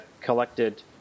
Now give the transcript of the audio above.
collected